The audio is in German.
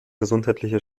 gesundheitliche